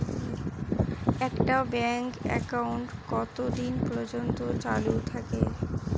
একটা bank account কতদিন পর্যন্ত চালু থাকে?